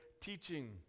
teaching